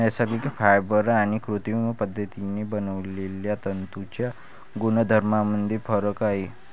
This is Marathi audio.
नैसर्गिक फायबर आणि कृत्रिम पद्धतीने बनवलेल्या तंतूंच्या गुणधर्मांमध्ये फरक आहे